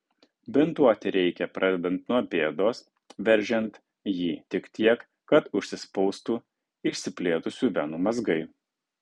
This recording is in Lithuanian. bintuoti reikia pradedant nuo pėdos veržiant jį tik tiek kad užsispaustų išsiplėtusių venų mazgai